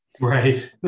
Right